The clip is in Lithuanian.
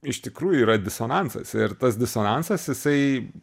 iš tikrųjų yra disonansas ir tas disonansas jisai